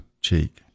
cheek